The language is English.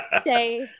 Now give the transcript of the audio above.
stay